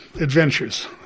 adventures